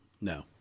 No